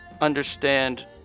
understand